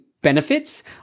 benefits